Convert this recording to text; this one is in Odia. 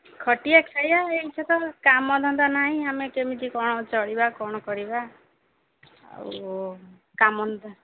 ଖଟିଲେ ଖାଇବା ଏଇଠି କାମ ଧନ୍ଦା ନାହିଁ ଆମେ କେମିତି କ'ଣ ଚଳିବା କ'ଣ କରିବା ଆଉ କାମ ଧନ୍ଦା